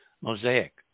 mosaic